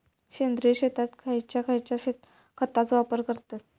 सेंद्रिय शेतात खयच्या खयच्या खतांचो वापर करतत?